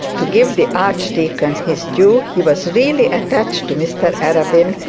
to give the archdeacon his due, he was really attached to mr arabin,